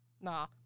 Nah